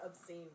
obscene